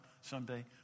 someday